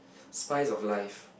spice of life